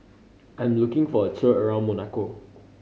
I am looking for a tour around Monaco